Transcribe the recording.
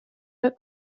that